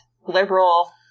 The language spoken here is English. liberal